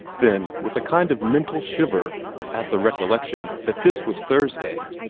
then, with a kind of mental shiver at the recollection that this was thursday,